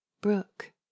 brook